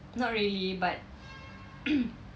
not really but